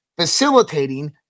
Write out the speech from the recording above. facilitating